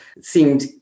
seemed